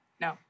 No